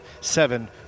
seven